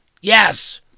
Yes